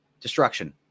destruction